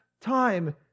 time